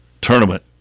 Tournament